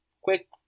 quick